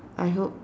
I hope